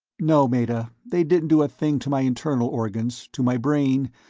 no, meta, they didn't do a thing to my internal organs, to my brain,